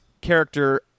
character